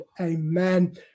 amen